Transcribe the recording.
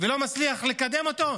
ולא מצליח לקדם אותו.